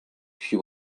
she